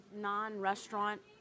non-restaurant